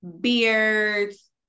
beards